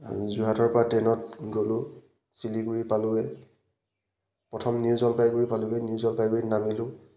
যোৰহাটৰ পৰা ট্ৰেইনত গ'লোঁ শিলিগুৰি পালোঁগৈ প্ৰথম নিউ জলপাইগুৰি পালোগৈ নিউ জলপাইগুৰিত নামিলোঁ